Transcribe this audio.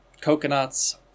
coconuts